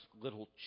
little